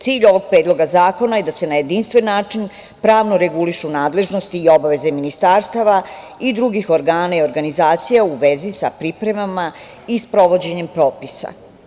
Cilj ovog predloga zakona je da se na jedinstven način pravno regulišu nadležnosti i obaveze ministarstava i drugih organa i organizacija u vezi sa pripremama i sprovođenja propisa.